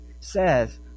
says